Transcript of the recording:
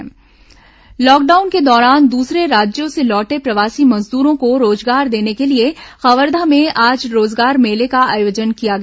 कवर्धा रोजगार मेला लॉकडाउन के दौरान दूसरे राज्यों से लौटे प्रवासी मजदूरों को रोजगार देने के लिए कवर्घा में आज रोजगार मेले का आयोजन किया गया